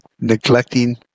neglecting